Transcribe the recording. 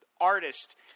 artist